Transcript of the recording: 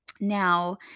now